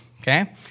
okay